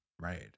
right